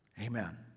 Amen